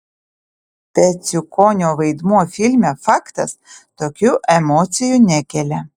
peciukonio vaidmuo filme faktas tokių emocijų nekelia